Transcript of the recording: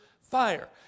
fire